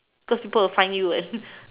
cause people will find you what